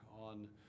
on